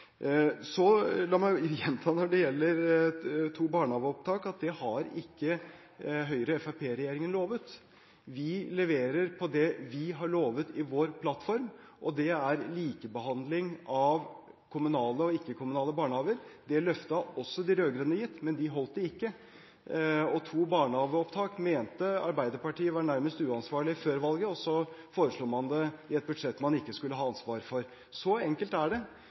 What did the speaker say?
La meg gjenta at når det gjelder to barnehageopptak, har ikke Høyre–Fremskrittsparti-regjeringen lovet det. Vi leverer på det vi har lovet i vår plattform, og det er likebehandling av kommunale og ikke-kommunale barnehager. Det løftet har også de rød-grønne gitt, men de holdt det ikke. To barnehageopptak mente Arbeiderpartiet var nærmest uansvarlig før valget, og så foreslo man det i et budsjett man ikke skulle ha ansvar for. Så enkelt er det.